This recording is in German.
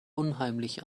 unheimlich